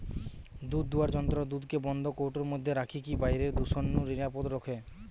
দুধদুয়ার যন্ত্র দুধকে বন্ধ কৌটার মধ্যে রখিকি বাইরের দূষণ নু নিরাপদ রখে